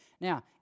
Now